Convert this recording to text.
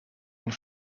een